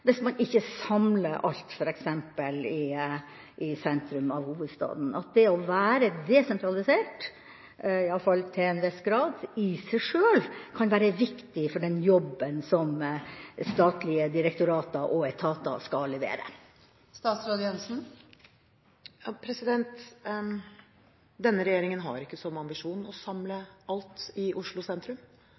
hvis man ikke samler alt f.eks. i sentrum av hovedstaden, at det å være desentralisert, iallfall til en viss grad, i seg sjøl kan være viktig for den jobben som statlige direktorater og etater skal levere? Denne regjeringen har ikke som ambisjon å samle alt i Oslo sentrum.